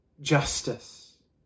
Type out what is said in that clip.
justice